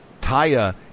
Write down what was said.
Taya